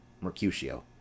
Mercutio